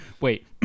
Wait